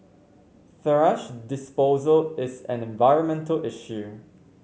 thrash disposal is an environmental issue